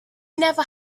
never